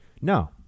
No